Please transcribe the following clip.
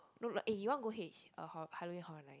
no like eh you wanna go H uh Halloween Horror Night